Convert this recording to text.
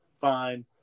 Fine